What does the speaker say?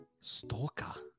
Stalker